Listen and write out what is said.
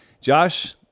Josh